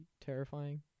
terrifying